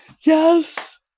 Yes